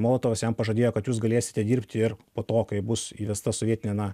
molotovas jam pažadėjo kad jūs galėsite dirbti ir po to kai bus įvesta sovietinė na